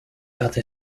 other